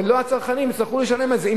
ולא הצרכנים יצטרכו לשלם על זה.